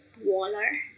Waller